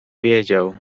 wiedział